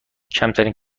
کمترین